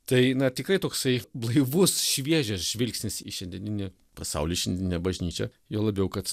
tai na tikrai toksai blaivus šviežias žvilgsnis į šiandieninį pasaulį šiandieninę bažnyčią juo labiau kad